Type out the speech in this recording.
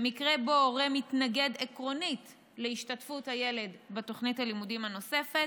במקרה שבו הורה מתנגד עקרונית להשתתפות הילד בתוכנית הלימודים הנוספת,